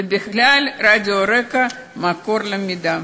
ובכלל, רדיו רק"ע, מקור למידה.